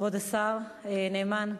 כבוד השר נאמן,